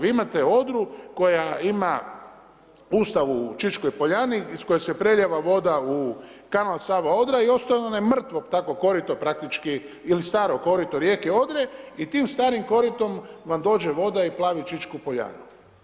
Vi imate Odru koja ima ... u Čičkoj Poljani iz koje se prelijeva voda u kanal Sava-Odra i ostaje ono mrtvo tako korito praktički ili staro korito rijeke Odre i tim starim koritom vam dođe voda i plavi Čičku Poljanu.